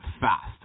fast